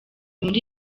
muri